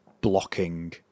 blocking